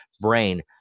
brain